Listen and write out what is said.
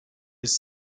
his